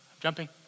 jumping